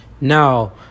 Now